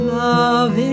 Love